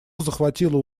захватило